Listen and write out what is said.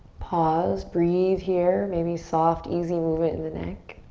pause, breathe here. maybe soft easy movement in the neck.